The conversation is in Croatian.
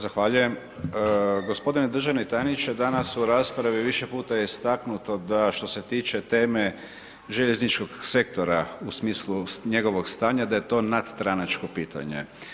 Zahvaljujem. g. Državni tajniče, danas u raspravi više puta je istaknuto da što se tiče teme željezničkog sektora u smislu njegovog stanja da je to nadstranačko pitanje.